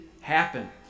happen